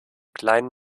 kleinen